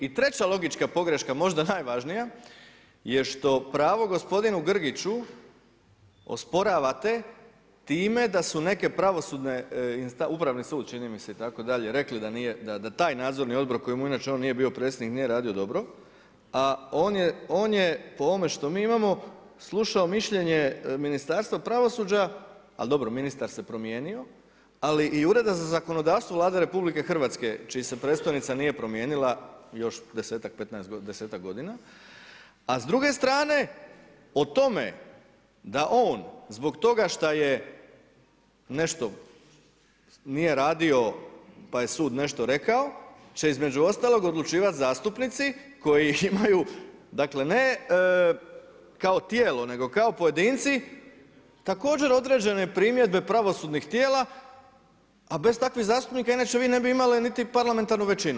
I treća logička pogreška, možda najvažnija je što pravu gospodinu Grgiću osporavate time da su neke pravosudne, upravni sud, čini mi se itd., rekli da taj nadzorni odbor kojemu on inače nije predstavnik, nije radio dobro a on je po ovome što mi imamo, slušao mišljenje Ministarstva pravosuđa, ali dobro, ministar se promijenio ali i Ured za zakonodavstvo Vlade RH čija se predstojnica nije promijenila još desetak godina, a s druge strane da on zbog toga šta nešto nije radio pa je sud nešto rekao će između ostaloga odlučivati zastupnici koji imaju ne kao tijelo, nego kao pojedinci također određene primjedbe pravosudnih tijela a bez takvih zastupnika inače vi ne bi imali niti parlamentarnu većinu.